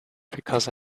because